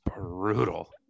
brutal